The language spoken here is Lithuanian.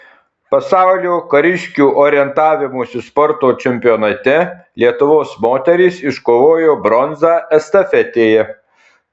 pasaulio kariškių orientavimosi sporto čempionate lietuvos moterys iškovojo bronzą estafetėje